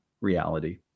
reality